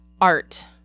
art